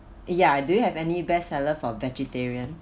ya do you have any best seller for vegetarian